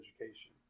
education